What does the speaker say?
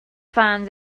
find